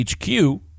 HQ